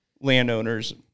landowners